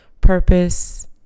purpose